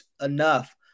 enough